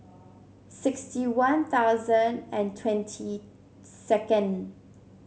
sixty One Thousand and twenty second